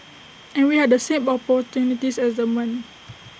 and we had the same opportunities as the men